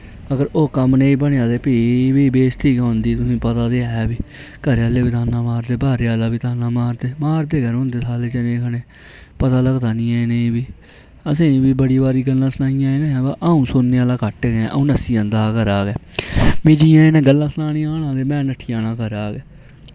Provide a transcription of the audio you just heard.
अगर ओह् कम्म नेईं बनेआ ते फ्ही बी बेजती होंदी हुन पता ते ऐ घरै आह्लै बी ताना मारदे बाह्रै आह्लै बी ताना मारदे मारदे गै रौह्ंदे साले पता लगदा ऐ निं ऐ सालैं गी असैं गी बी बड़ी बारि गल्लां सुनाईआं इनै पर आ'ऊं सूनने आह्ला घट्ट गैं आ'ऊं नस्सी जंदा घरा दा गै मिगी इनै गल्ला सूनाने गी आना ते में नठी जाना घरा दा गै